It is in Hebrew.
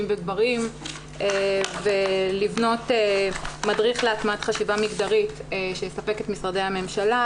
וגברים ולבנות מדריך להטמעת חשיבה מגדרית שיספק את משרדי הממשלה,